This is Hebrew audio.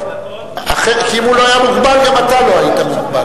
כי אם הוא לא היה מוגבל גם אתה לא היית מוגבל.